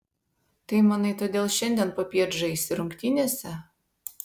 tai manai todėl šiandien popiet žaisi rungtynėse